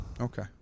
Okay